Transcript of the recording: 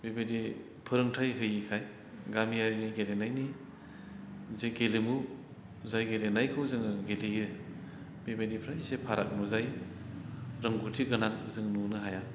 बेबायदि फोरोंथाय होयिखाय गामियारिनि गेलेनायनि जे गेलेमु जाय गेलेनायखौ जोङो गेलेयो बेबायदिनिफ्राय एसे फाराग नुजायो रोंगौथि गोनां जों नुनो हाया